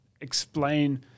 explain